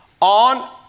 on